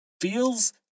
feels